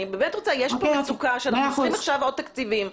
יש פה מצוקה שאנחנו צריכים עכשיו עוד תקציבים,